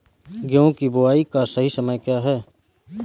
गेहूँ की बुआई का सही समय क्या है?